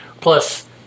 Plus